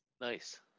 Nice